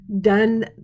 done